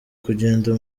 kugenda